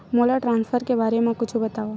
मोला ट्रान्सफर के बारे मा कुछु बतावव?